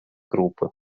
группы